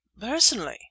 personally